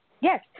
Yes